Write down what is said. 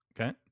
Okay